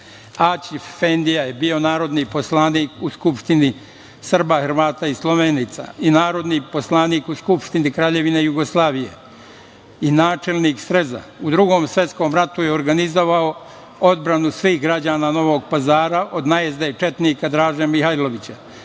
Aćif efendija je bio narodni poslanik u Skupštini Srba, Hrvata i Slovenaca i narodni poslanik u Skupštini Kraljevine Jugoslavije i načelnik sreza.U Drugom svetskom ratu je organizovao odbranu svih građana Novog Pazara od najezde četnika Draže Mihailovića,